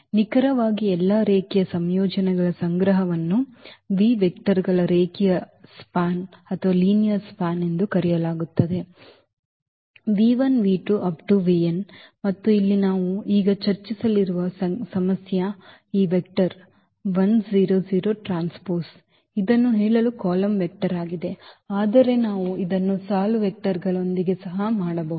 ನಿಖರವಾಗಿ ಎಲ್ಲಾ ರೇಖೀಯ ಸಂಯೋಜನೆಗಳ ಸಂಗ್ರಹವನ್ನು ವಿ ವೆಕ್ಟರ್ಗಳ ರೇಖೀಯ ಸ್ಪ್ಯಾನ್ ಎಂದು ಕರೆಯಲಾಗುತ್ತದೆ ಮತ್ತು ಇಲ್ಲಿ ನಾವು ಈಗ ಚರ್ಚಿಸಲಿರುವ ಸಮಸ್ಯೆ ಈ ವೆಕ್ಟರ್ ಇದನ್ನು ಹೇಳಲು ಕಾಲಮ್ ವೆಕ್ಟರ್ ಆಗಿದೆ ಆದರೆ ನಾವು ಸಾಲು ವೆಕ್ಟರ್ಗಳೊಂದಿಗೆ ಸಹ ಮಾಡಬಹುದು